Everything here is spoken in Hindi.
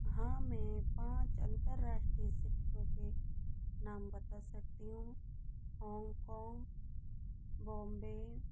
हाँ मैं पाँच अंतर्राष्ट्रीय सिटियों के नाम बता सकती हूँ होंगकोंग बॉम्बे